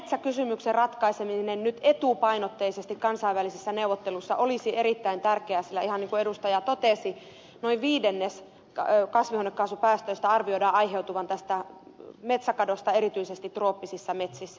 tämän metsäkysymyksen ratkaiseminen nyt etupainotteisesti kansainvälisissä neuvotteluissa olisi erittäin tärkeää sillä ihan niin kun edustaja totesi noin viidennes kasvihuonekaasupäästöistä arvioidaan aiheuttavan tästä metsäkadosta erityisesti trooppisissa metsissä